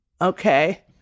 okay